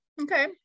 Okay